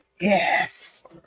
Yes